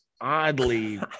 oddly